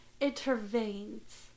intervenes